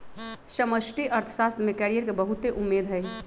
समष्टि अर्थशास्त्र में कैरियर के बहुते उम्मेद हइ